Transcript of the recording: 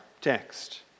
text